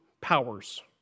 powers